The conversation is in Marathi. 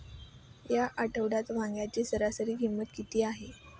या आठवड्यात वांग्याची सरासरी किंमत किती आहे?